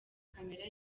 camera